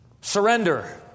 surrender